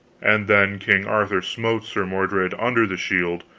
and then king arthur smote sir mordred under the shield,